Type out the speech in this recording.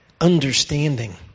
understanding